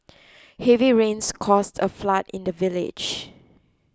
heavy rains caused a flood in the village